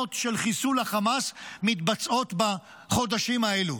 המשימות של חיסול החמאס מתבצעות בחודשים האלה.